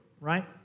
right